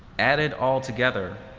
added altogether,